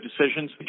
decisions